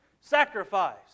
sacrifice